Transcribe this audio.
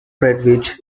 friedrich